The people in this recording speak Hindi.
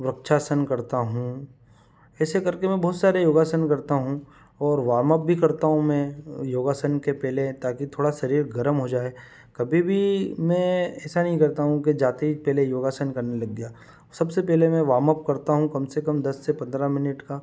वक्षासन करता हूँ ऐसे करके मैं बहुत सारे योगासन करता हूँ और वार्मअप भी करता हूँ मैं योगासन के पेहले ताकि थोड़ा शरीर गर्म हो जाए कभी भी मैं ऐसा नहीं करता हूँ कि जाते ही पहले योगासन करने लग गया सबसे पहले में वार्मअप करता हूँ कम से कम दस से पंद्रह मिनिट का